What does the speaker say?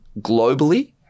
globally